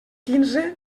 quinze